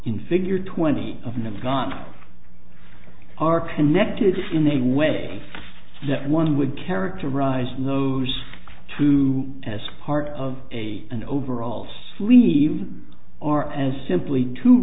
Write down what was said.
can figure twenty of them have gone are connected in a way that one would characterize those two as part of a and overall sleeves are as simply t